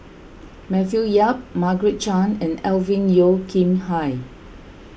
Matthew Yap Margaret Chan and Alvin Yeo Khirn Hai